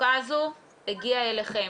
המצוקה הזאת הגיעה אליכם.